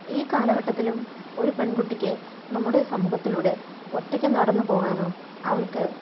ഈ കാലഘട്ടത്തിലും ഒരു പെൺകുട്ടിക്ക് നമ്മുടെ സമൂഹത്തിലൂടെ ഒറ്റയ്ക്ക് നടന്നു പോകാനോ അവൾക്ക്